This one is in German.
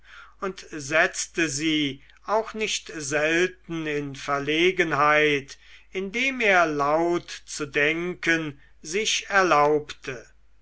und setzte sie auch nicht selten in verlegenheit indem er laut zu denken sich erlaubte